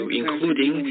including